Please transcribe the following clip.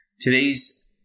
Today's